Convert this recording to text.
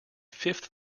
fifth